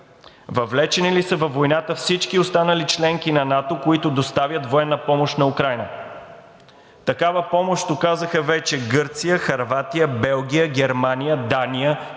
въвлечени ли са във война всички останали членки на НАТО, които доставят военна помощ на Украйна? Такава помощ оказаха вече Гърция, Хърватия, Белгия, Германия, Дания,